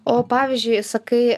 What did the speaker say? o pavyzdžiui sakai